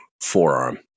forearm